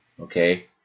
Okay